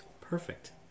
Perfect